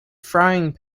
frying